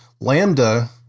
Lambda